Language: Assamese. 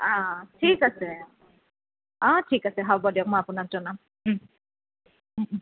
ঠিক আছে ঠিক আছে হ'ব দিয়ক মই আপোনাক জনাম